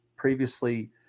previously